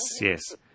yes